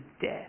death